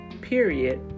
period